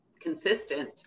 consistent